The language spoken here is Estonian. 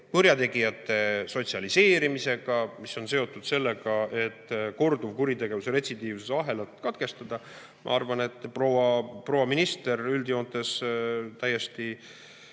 kurjategijate sotsialiseerimisega, mis on seotud sellega, et korduvkuritegevuse retsidiivsuse ahelat katkestada. Ma arvan, et proua minister puudutas üldjoontes täiesti